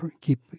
keep